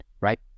right